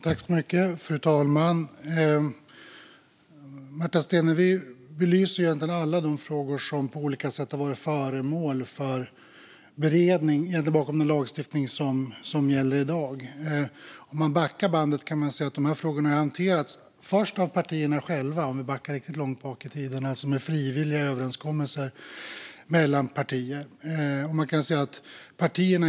Fru talman! Märta Stenevi belyser egentligen alla de frågor som på olika sätt har varit föremål för beredning när det gäller den lagstiftning som finns i dag. Om man backar bandet kan man se att dessa frågor har hanterats först av partierna själva - om man backar riktigt långt bak i tiden - med frivilliga överenskommelser mellan partier.